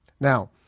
Now